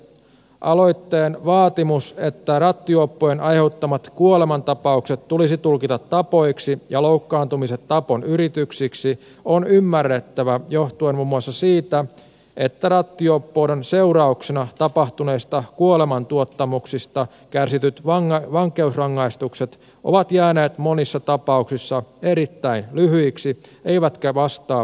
aloitteen vaatimus että rattijuoppojen aiheuttamat kuolemantapaukset tulisi tulkita tapoiksi ja loukkaantumiset tapon yrityksiksi on ymmärrettävä johtuen muun muassa siitä että rattijuoppouden seurauksena tapahtuneista kuolemantuottamuksista kärsityt vankeusrangaistukset ovat jääneet monissa ta pauksissa erittäin lyhyiksi eivätkä vastaa kansan oikeustajua